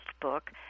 book